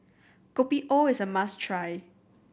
Kopi O is a must try